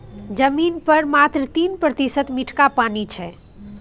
जमीन पर मात्र तीन प्रतिशत मीठका पानि छै